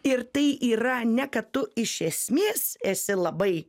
ir tai yra ne kad tu iš esmės esi labai